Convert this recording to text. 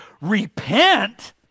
repent